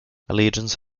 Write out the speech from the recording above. allegiance